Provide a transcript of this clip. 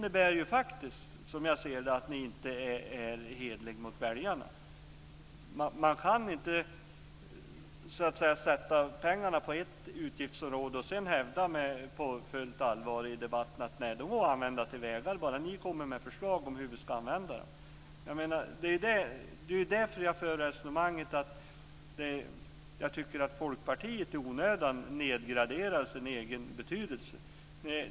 Som jag ser det är ni då inte hederliga mot väljarna. Man kan inte satsa pengarna på ett utgiftsområde och sedan på fullt allvar hävda i debatten att vi ska komma med förslag till hur pengarna ska användas. Det är därför som jag tycker att Folkpartiet i onödan nedgraderar sin egen betydelse.